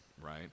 right